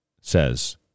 says